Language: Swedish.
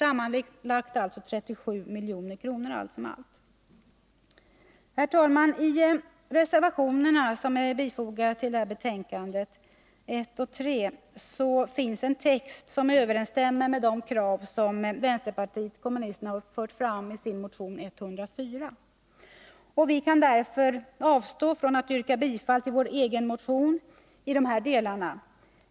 Sammanlagt blir det alltså 37 milj.kr. Reservationerna 1 och 3 har en text som överensstämmer med de krav som vpk framfört i motion 104. Vi kan därför avstå från att yrka bifall till vår egen motion i dessa delar.